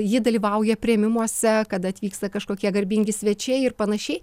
ji dalyvauja priėmimuose kada atvyksta kažkokie garbingi svečiai ir panašiai